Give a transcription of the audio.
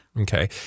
Okay